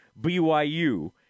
BYU